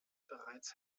bereits